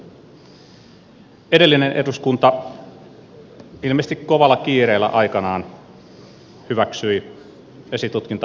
edellinen eduskunta ilmeisesti kovalla kiireellä aikanaan hyväksyi esitutkinta ja pakkokeinolainsäädännön